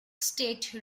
state